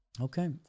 Okay